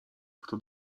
kto